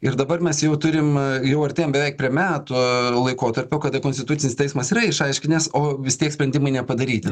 ir dabar mes jau turim jau artėjam beveik prie metų laikotarpio kada konstitucinis teismas yra išaiškinęs o vis tiek sprendimai nepadaryti